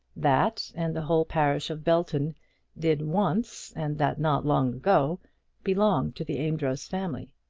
that and the whole parish of belton did once and that not long ago belong to the amedroz family.